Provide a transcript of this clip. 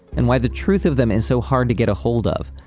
and why the truth of them is so hard to get a hold of.